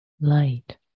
light